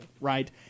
right